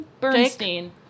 Bernstein